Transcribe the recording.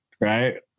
right